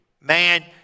Man